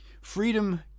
Freedom